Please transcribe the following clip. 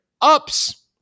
ups